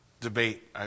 debate